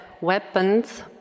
weapons